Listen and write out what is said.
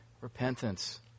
repentance